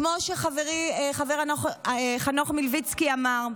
כמו שחברי חבר הכנסת חנוך מלביצקי אמר,